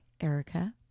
Erica